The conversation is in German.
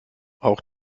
auch